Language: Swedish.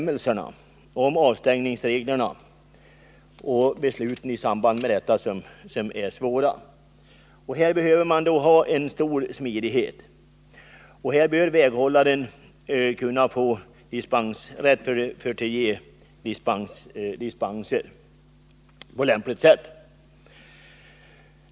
Men avstängningsreglerna och besluten i samband därmed skapar svårigheter, och här behövs det stor smidighet. Väghållaren bör kunna få rätt att ge dispenser på lämpligt sätt.